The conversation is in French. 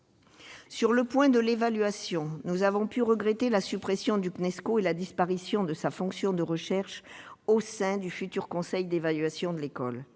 En matière d'évaluation, nous avons regretté la suppression du Cnesco et la disparition de sa fonction de recherche au sein du futur conseil d'évaluation de l'école.